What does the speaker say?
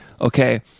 Okay